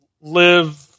live